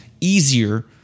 easier